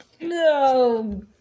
no